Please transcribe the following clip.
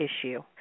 issue